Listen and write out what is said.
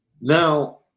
Now